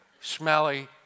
smelly